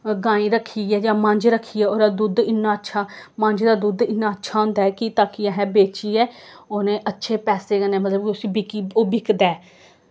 गाये रक्खी ऐ जां मंज रक्खी ऐ ओह्दा दुद्ध इन्ना अच्छा मंज दा दुद्ध इन्ना अच्छा होंदा ऐ कि ताकि अस बेचियै ओह् अच्छे पैसें कन्नै मतलब कुछ बिकी ओह् बिकदा ऐ